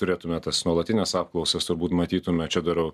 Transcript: turėtume tas nuolatines apklausas turbūt matytume čia darau